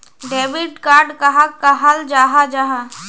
Debit card कहाक कहाल जाहा जाहा?